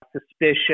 suspicious